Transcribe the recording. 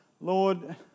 Lord